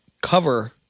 cover